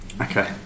Okay